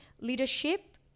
leadership